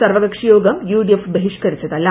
സർവകക്ഷിയോഗം യുഡിഎഫ് ബഹിഷ്കരിച്ചതല്ല